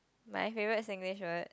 my favourite Singlish word